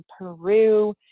Peru